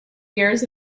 years